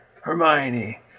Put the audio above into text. Hermione